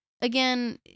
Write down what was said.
again